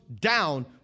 down